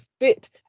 fit